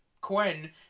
Quinn